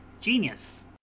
Genius